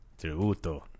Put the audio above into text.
Tributo